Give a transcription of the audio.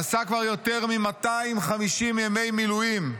עשה כבר יותר מ-250 ימי מילואים,